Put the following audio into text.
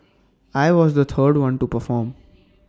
I was the third one to perform